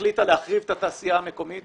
החליטה להחריב את התעשייה המקומית